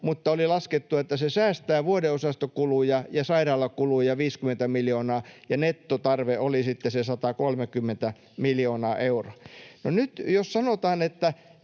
mutta kun oli laskettu, että se säästää vuodeosastokuluja ja sairaalakuluja 50 miljoonaa, niin nettotarve oli sitten se 130 miljoonaa euroa. No nyt jos sanotaan, että